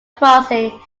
crossing